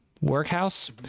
Workhouse